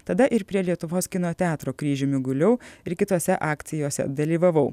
tada ir prie lietuvos kino teatro kryžiumi guliu ir kitose akcijose dalyvavau